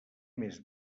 més